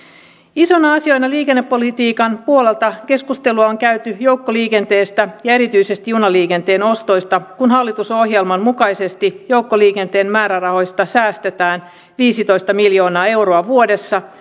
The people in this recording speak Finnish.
isoina asioina liikennepolitiikan puolelta keskustelua on käyty joukkoliikenteestä ja erityisesti junaliikenteen ostoista kun hallitusohjelman mukaisesti joukkoliikenteen määrärahoista säästetään viisitoista miljoonaa euroa vuodessa